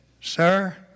sir